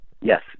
Yes